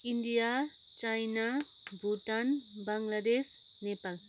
India China Bhutan Bangladesh Nepal